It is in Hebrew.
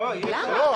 למה?